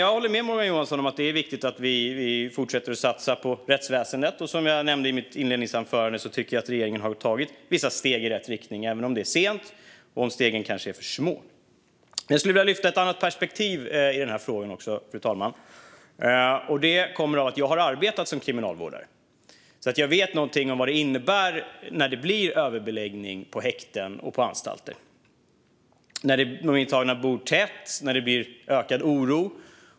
Jag håller med Morgan Johansson om att det är viktigt att vi fortsätter att satsa på rättsväsendet. Som jag nämnde i mitt inledningsanförande tycker jag att regeringen har tagit vissa steg i rätt riktning även om det är sent och stegen kanske är för små. Fru talman! Jag skulle vilja lyfta fram ett annat perspektiv i frågan, och det kommer sig av att jag har arbetat som kriminalvårdare. Jag vet vad det innebär när det blir överbeläggning på häkten och anstalter, när de intagna bor tätt och när det blir ökad oro.